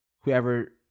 Whoever